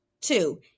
Two